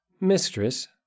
Mistress